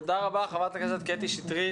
תודה רבה לחברת הכנסת קטי שטרית.